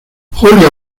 julia